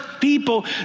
people